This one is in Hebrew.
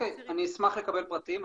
אשמח לקבל פרטים.